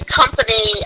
company